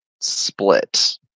Split